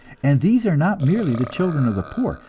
and these are not merely the children of the poor,